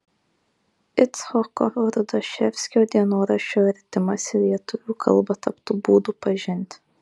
icchoko rudaševskio dienoraščio vertimas į lietuvių kalbą taptų būdu pažinti